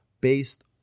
based